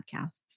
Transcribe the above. podcasts